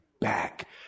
back